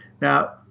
Now